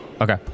Okay